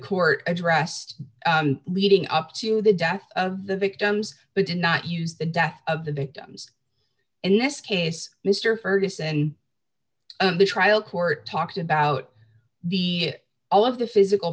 court addressed leading up to the death of the victims but did not use the death of the victims and next case mr ferguson the trial court talked about the all of the physical